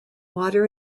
water